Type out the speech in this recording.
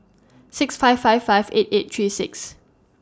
six five five five eight eight three six